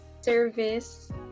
Service